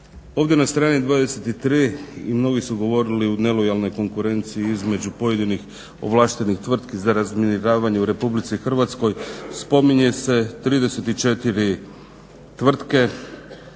Ovdje na strani 23 mnogi su govorili o nelojalnoj konkurenciji između pojedinih ovlaštenih tvrtki za razminiravane u RH spominje se 34 tvrtke